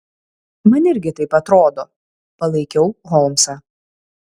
man irgi taip atrodo palaikiau holmsą